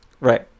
Right